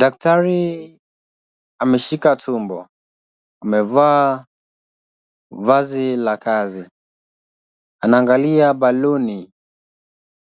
Daktari ameshika tumbo. Amevaa vazi la kazi. Anaangalia baluni